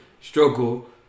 struggle